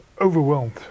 overwhelmed